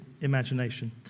imagination